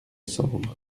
cendre